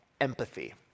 empathy